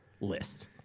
list